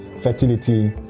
fertility